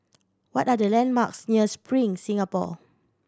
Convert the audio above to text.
what are the landmarks near Spring Singapore